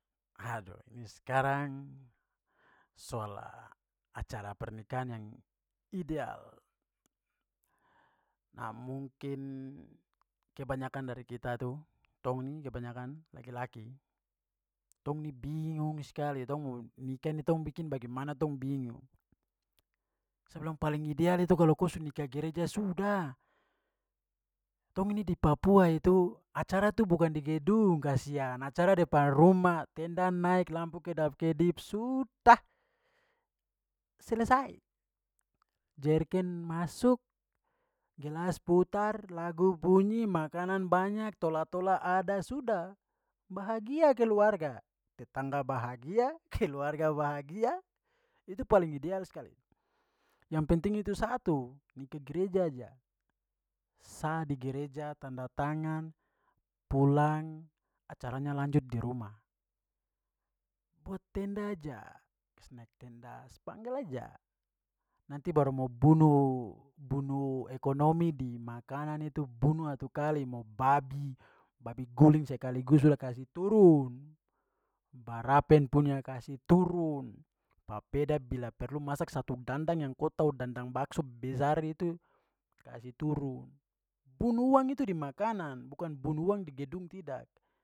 Haduh, ini sekarang soal acara pernikahan yang ideal. Nah, mungkin kebanyakan dari kita tu, tong ini kebanyakan, laki-laki, tong ni bingung skali tong mau nikah ni tong bikin bagaimana tong bingung. Sa bilang paling ideal itu kalau ko su nikah gereja, sudah. Tong ini di papua itu acara itu bukan di gedung kasian, acara depan rumah. Tenda naik, lampu kedap kedip, sudah, selesai. Jerigen masuk gelas putar lagu bunyi makanan banyak tola-tola ada, sudah. Bahagia keluarga. Tetangga bahagia, keluarga bahagia, itu paling ideal skali. Yang penting itu satu nikah gereja aja. Sah di gereja, tanda tangan, pulang, acaranya lanjut di rumah. Buat tenda aja. Kasi naik tenda, sepanggal aja. Nanti baru mo bunuh- bunuh ekonomi di makanan itu bunuh satu kali. Mo babi, babi guling sekaligus sudah kasi turun. Barapen punya kasi turun. Papeda bila perlu masak satu dandang yang ko tahu dandang bakso besar itu, kasi turun. Bunuh uang itu di makanan bukan bunuh uang di gedung, tidak.